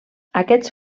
aquests